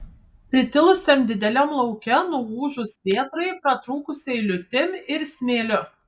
pritilusiam dideliam lauke nuūžus vėtrai pratrūkusiai liūtim ir smėliu